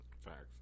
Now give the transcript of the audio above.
Facts